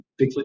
Bigfoot